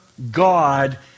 God